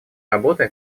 работы